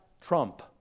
trump